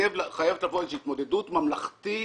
חייבת לבוא איזושהי התמודדות ממלכתית